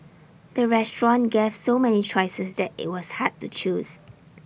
the restaurant gave so many choices that IT was hard to choose